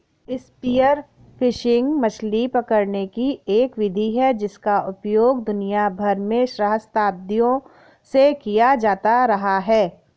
spear fishing मछली पकड़ने की एक विधि है जिसका उपयोग दुनिया भर में सहस्राब्दियों से किया जाता रहा है